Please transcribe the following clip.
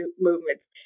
movements